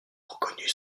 reconnus